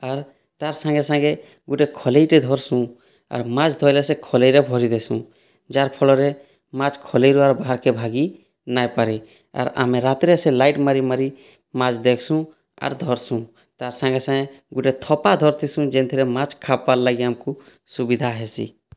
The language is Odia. ଆର୍ ତାର୍ ସାଙ୍ଗେ ସାଙ୍ଗେ ଗୋଟିଏ ଖଲିଟେ ଧରସୁଁ ଆର୍ ମାଛ ଧଇଲେ ସେ ଖଲିରେ ଭରି ଦେସୁଁ ଜାର୍ ଫଳରେ ମାଛ୍ ଖଲିରୁ ଆଉ ବାହାରକେ ଭାଗି ନାଇ ପାରେ ଆର୍ ଆମେ ରାତିରେ ସେ ଲାଇଟ୍ ମାରି ମାରି ମାଛ୍ ଦେଖେସୁଁ ଆର୍ ଧରସୁଁ ତାର୍ ସାଙ୍ଗେ ସାଙ୍ଗେ ଗୋଟିଏ ଥପା ଧରିଥିସୁ ଯେନଥିରେ ମାଛ୍ ଖାପାର୍ ଲାଗି ଆମକୁ ସୁବିଧା ହେସି